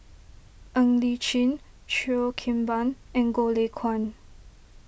Ng Li Chin Cheo Kim Ban and Goh Lay Kuan